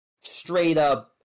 straight-up